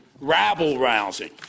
rabble-rousing